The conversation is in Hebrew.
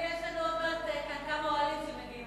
יש לנו עוד מעט כאן כמה אוהלים שמגיעים,